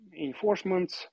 enforcement